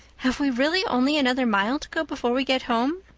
have we really only another mile to go before we get home?